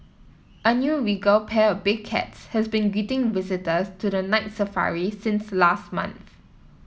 a new regal pair of big cats has been greeting visitors to the Night Safari since last month